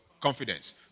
confidence